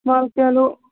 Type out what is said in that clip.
وَل چلو